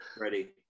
Ready